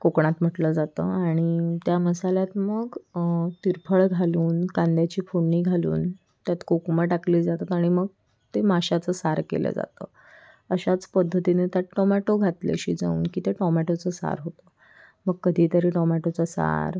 कोकणात म्हटलं जातं आणि त्या मसाल्यात मग तिरफळ घालून कांद्याची फोडणी घालून त्यात कोकमं टाकली जातात आणि मग ते माशाचं सार केलं जातं अशाच पद्धतीने त्यात टोमॅटो घातले शिजवून की ते टोमॅटोचं सार होतं मग कधी तरी टोमॅटोचं सार